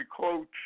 coach